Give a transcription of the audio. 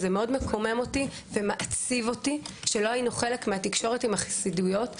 מקומם אותי מאוד ומעציב אותי שלא היינו חלק מן התקשורת עם החסידויות.